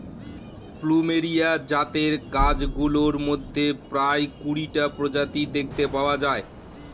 plumeria জাতের গাছগুলোর মধ্যে প্রায় কুড়িটা প্রজাতি দেখতে পাওয়া যায়